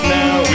now